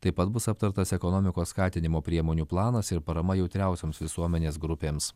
taip pat bus aptartas ekonomikos skatinimo priemonių planas ir parama jautriausioms visuomenės grupėms